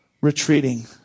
retreating